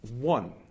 one